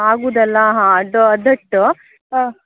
ಆಗೋದಲ್ಲ ಹಾಂ ಅದು ಅದಟ್ಟು ಹಾಂ